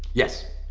yes.